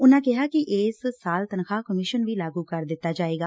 ਉਨੂਾਂ ਕਿਹਾ ਕਿ ਇਸ ਸਾਲ ਤਨਖਾਹ ਕਮਿਸ਼ਨ ਵੀ ਲਾਗੂ ਕਰ ਦਿੱਤਾ ਜਾਏਗਾ